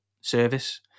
service